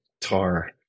Tar